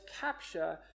capture